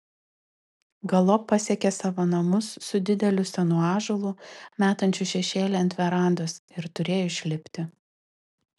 galop pasiekė savo namus su dideliu senu ąžuolu metančiu šešėlį ant verandos ir turėjo išlipti